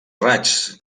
raigs